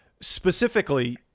specifically